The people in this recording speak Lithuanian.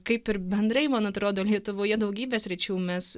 kaip ir bendrai man atrodo lietuvoje daugybė sričių mes